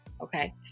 okay